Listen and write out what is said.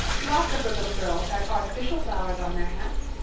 lots of the little girls had artificial flowers on their hats.